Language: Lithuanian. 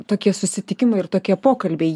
tokie susitikimai ir tokie pokalbiai